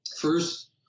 First